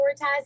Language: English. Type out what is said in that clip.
prioritize